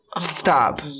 Stop